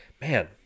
man